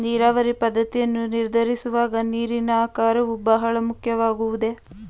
ನೀರಾವರಿ ಪದ್ದತಿಯನ್ನು ನಿರ್ಧರಿಸುವಾಗ ನೀರಿನ ಆಕಾರವು ಬಹಳ ಮುಖ್ಯವಾಗುವುದೇ?